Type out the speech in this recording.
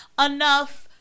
enough